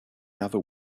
other